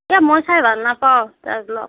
এই মই চাই ভাল নাপাওঁ তাৰ ভ্লগ